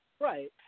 Right